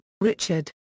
Richard